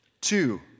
Two